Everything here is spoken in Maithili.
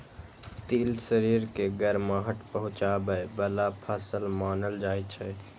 तिल शरीर के गरमाहट पहुंचाबै बला फसल मानल जाइ छै